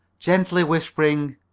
gently whispering